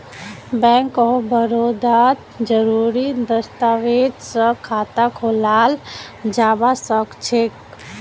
bank of बड़ौदात जरुरी दस्तावेज स खाता खोलाल जबा सखछेक